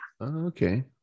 Okay